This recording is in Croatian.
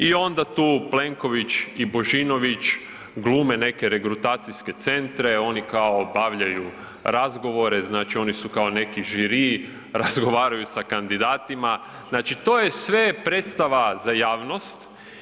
I onda tu Plenković i Božinović glume neke regrutacijske centre, oni kao obavljaju razgovore, znači oni su kao neki žiri, razgovaraju sa kandidatima, znači to je sve predstava za javnost.